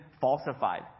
falsified